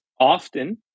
often